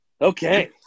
Okay